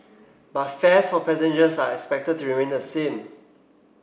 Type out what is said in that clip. but fares for passengers are expected to remain the same